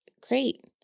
Great